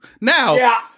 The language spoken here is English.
Now